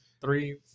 three